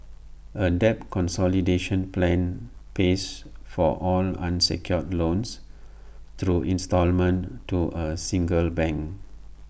A debt consolidation plan pays for all unsecured loans through instalment to A single bank